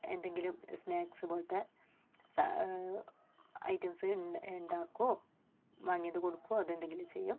എന്തെങ്കിലും സ്നാക്സ് പോലത്തെ ഐറ്റംസ് ഉണ്ടാക്കുകയോ വാങ്ങിയത് കൊടുക്കുകയോ അതെന്തെങ്കിലും ചെയ്യും